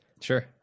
Sure